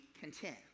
content